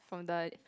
from the